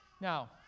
Now